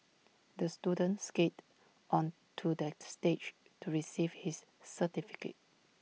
the student skated onto the stage to receive his certificate